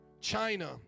China